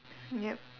yup